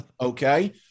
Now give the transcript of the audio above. Okay